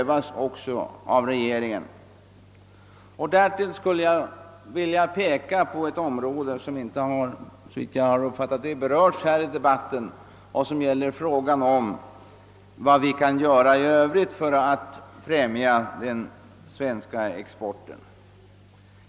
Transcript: Vidare skulle jag vilja gå in något på ett område som inte tidigare berörts i debatten, nämligen frågan om vad vi i övrigt kan göra för att främja den svenska exporten.